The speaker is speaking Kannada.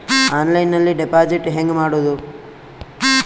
ಆನ್ಲೈನ್ನಲ್ಲಿ ಡೆಪಾಜಿಟ್ ಹೆಂಗ್ ಮಾಡುದು?